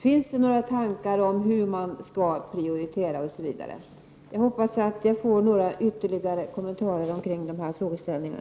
Finns det några tankar om hur man skall prioritera osv.? Jag hoppas alltså på ytterligare kommentarer med anledning av dessa frågeställningar.